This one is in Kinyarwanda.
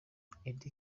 auddy